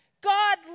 God